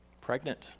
pregnant